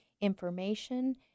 information